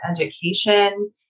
education